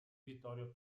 vittorio